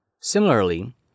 Similarly